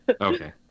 Okay